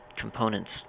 components